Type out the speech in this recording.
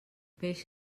peix